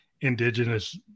indigenous